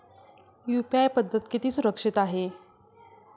UPI पद्धत किती सुरक्षित आहे?